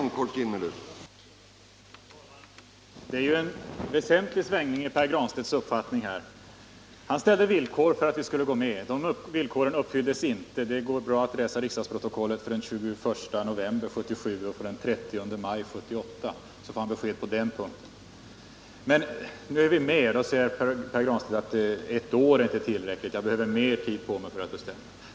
Herr talman! Det har skett en ordentlig svängning i Pär Granstedts uppfattning. Han ställde villkor för att vi skulle gå med i IDB. Dessa villkor har inte uppfyllts. Den som läser riksdagsprotokollen från den 21 november 1977 och 30 maj 1978 får besked på den punkten. Nu är vi emellertid med i IDB, och då säger Pär Granstedt att ett års medlemskap inte är tillräckligt för att bedöma hur det skall bli i fortsättningen.